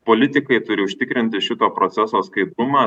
politikai turi užtikrinti šito proceso skaidrumą